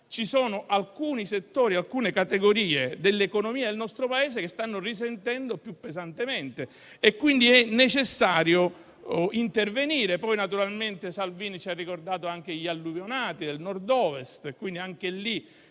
ci sono alcuni settori e alcune categorie dell'economia del nostro Paese che stanno risentendo più pesantemente della crisi ed è quindi necessario intervenire. Poi naturalmente Salvini ci ha ricordato anche gli alluvionati del Nord-Ovest, su cui vi